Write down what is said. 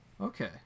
Okay